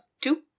two